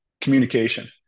communication